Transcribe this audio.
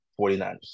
49ers